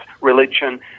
religion